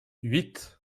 huit